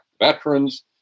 veterans